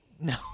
No